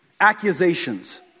accusations